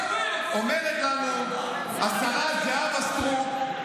אומרת לנו השרה זהבה סטרוק,